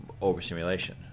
overstimulation